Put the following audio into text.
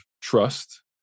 trust